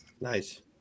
Nice